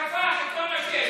שפך את כל מה שיש לו והלך.